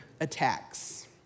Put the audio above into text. attacks